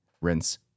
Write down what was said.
Rinse